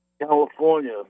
California